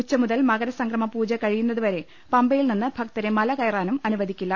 ഉച്ച മുതൽ മകരസംക്രമപൂജ കഴിയുന്നതുവരെ പമ്പയിൽനിന്ന് ഭക്തരെ മല കയറാനും അനുവദിക്കില്ല